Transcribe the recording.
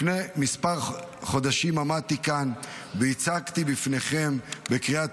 לפני מספר חודשים עמדתי כאן והצגתי בפניכם בקריאה